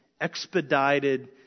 expedited